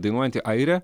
dainuojanti airė